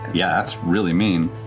yeah, that's really mean.